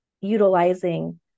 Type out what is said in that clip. utilizing